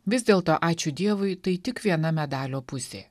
vis dėlto ačiū dievui tai tik viena medalio pusė